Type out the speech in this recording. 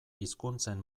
hizkuntzen